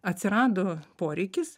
atsirado poreikis